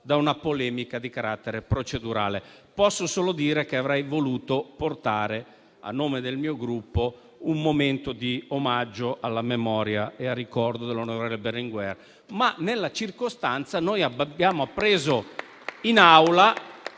da una polemica di carattere procedurale. Posso solo dire che avrei voluto portare, a nome del mio Gruppo, un momento di omaggio alla memoria e al ricordo dell'onorevole Berlinguer. Nella circostanza, però, noi abbiamo appreso in Aula